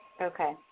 Okay